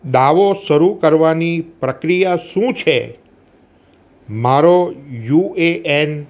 દાવો શરુ કરવાની પ્રક્રિયા શું છે મારો યુ એ એન